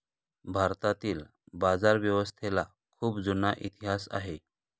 भारतातील बाजारव्यवस्थेला खूप जुना इतिहास आहे